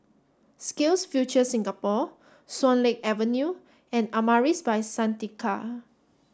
SkillsFuture Singapore Swan Lake Avenue and Amaris By Santika